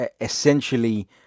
essentially